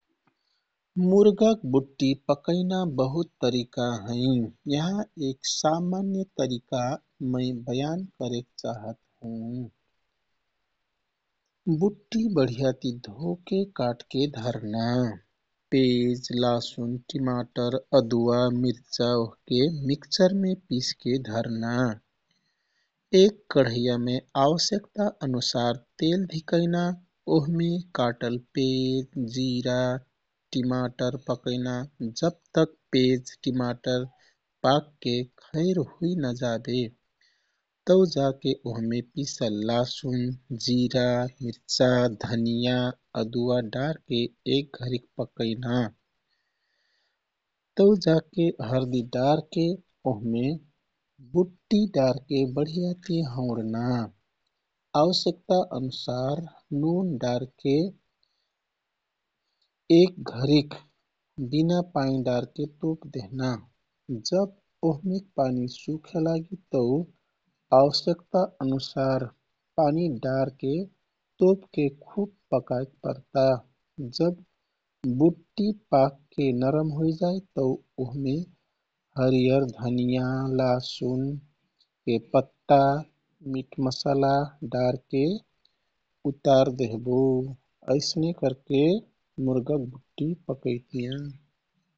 मुर्गाक बुट्टी पकैना बहुत तरिका है। यहाँ एक सामान्य तरिका मै बयान करेक चाहत हुँ। बुट्टी बढियाति धोके काटके धरना। पेज, लासुन, टिमाटर, अदुवा, मिर्चा ओहके मिकचरमे पिसके धरना। एक कढैयामे आवश्यकता अनुसार तेल धिकैना। ओहमे काटल पेज, जिरा, टिमाटर पकैना। जबतक पेज, टिमाटर पाकके खैर हुइजाबे तौजाके ओहमे पिसल लासुन, जिरा, मिर्चा, धनियाँ, अदुवा डारके एक घरिक पकैना। तौजाके हरदि डारके ओहमे बुट्टी डारके बढियाति हौँडना। आवश्यकताअनुसार नोन डारके एक घरिक बिना पानी डारके तोप देहना। जब ओहमेक पानी सुखे लागि तौ आवश्यकता अनुसार पानी डारके तोपके खुब पकाइक परता। जब बुट्टी पाकके नरम हुइजाइ तौ ओहमे हरियर धनियाँ, लासुनके पत्ता आउ मिट मसाला डारके उतार देहबो। यैसने करके मुर्गाक बुट्टी पकैतियाँ।